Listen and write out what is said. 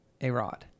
Arod